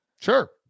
Sure